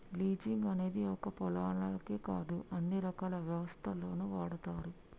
leasing అనేది ఒక్క పొలాలకే కాదు అన్ని రకాల వ్యవస్థల్లోనూ వాడతారు